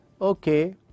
okay